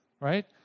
right